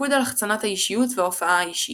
- מיקוד על החצנת האישיות וההופעה האישית.